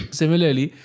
similarly